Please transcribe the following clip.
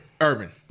Urban